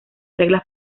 reglas